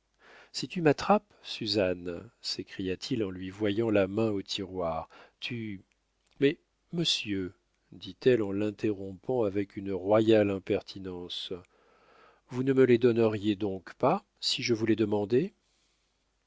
si tu m'attrapes suzanne s'écria-t-il en lui voyant la main au tiroir tu mais monsieur dit-elle en l'interrompant avec une royale impertinence vous ne me les donneriez donc pas si je vous les demandais